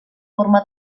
forma